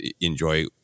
enjoy